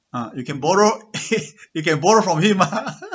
ah you can borrow you can borrow from him mah